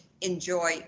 enjoy